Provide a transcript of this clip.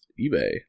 eBay